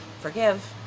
forgive